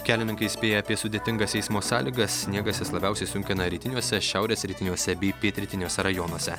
kelininkai įspėja apie sudėtingas eismo sąlygas sniegas jis labiausiai sunkina rytiniuose šiaurės rytiniuose bei pietrytiniuose rajonuose